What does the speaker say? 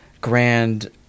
grand